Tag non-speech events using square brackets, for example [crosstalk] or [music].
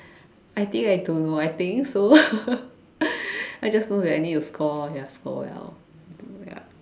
I think I don't know I think so [laughs] I just know that I need to score ya score well do well ya